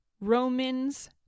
Romans